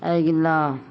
अगिला